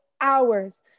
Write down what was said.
hours